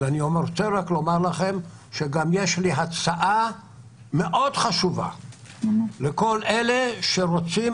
אז אני רק רוצה לומר לכם שגם יש לי הצעה מאוד חשובה לכל אלה שרוצים